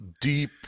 deep